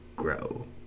grow